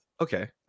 okay